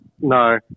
No